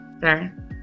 sir